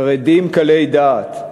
חרדים קלי דעת.